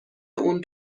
اون